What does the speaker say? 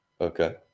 Okay